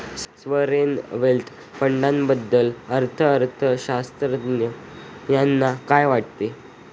Sovereign wealth फंडाबद्दल अर्थअर्थशास्त्रज्ञ यांना काय वाटतं?